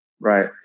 Right